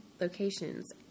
locations